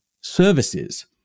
services